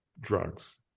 drugs